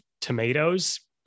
tomatoes